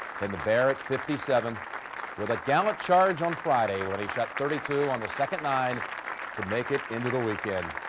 and the bear at fifty-seven with a galant charge on friday when he shot thirty-two on the second nine to make it into the weekend.